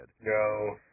no